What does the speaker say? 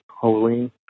Halloween